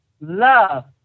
love